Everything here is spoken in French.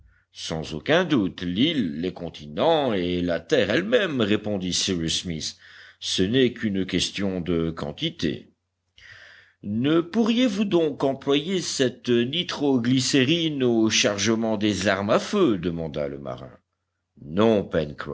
sans aucun doute l'île les continents et la terre elle-même répondit cyrus smith ce n'est qu'une question de quantité ne pourriez-vous donc employer cette nitro glycérine au chargement des armes à feu demanda le marin non